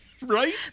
right